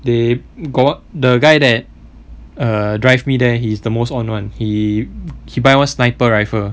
they got the guy that err drive me there he is the most on [one] err he buy one sniper rifle